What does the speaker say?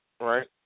right